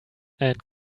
and